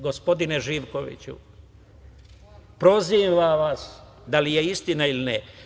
Gospodine Živkoviću, prozivam vas, da li je istina ili ne?